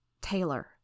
Taylor